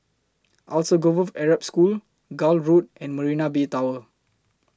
Alsagoff Arab School Gul Road and Marina Bay Tower